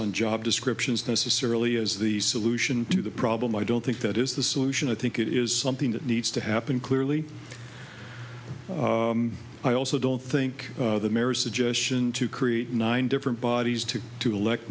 on job descriptions necessarily as the solution to the problem i don't think that is the solution i think it is something that needs to happen clearly i also don't think the suggestion to create nine different bodies to to